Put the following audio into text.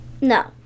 No